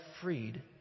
freed